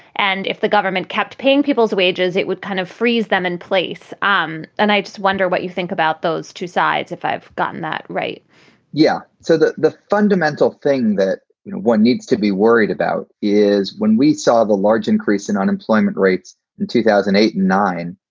and if the government kept paying people's wages, it would kind of freeze them in place. um and i just wonder what you think about those two sides if i've gotten that right yeah. so the the fundamental thing that one needs to be worried about is. when we saw the large increase in unemployment rates in two thousand and eight nine,